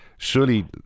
surely